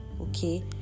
okay